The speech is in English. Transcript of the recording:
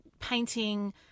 painting